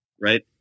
Right